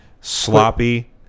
Sloppy